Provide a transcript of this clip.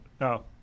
No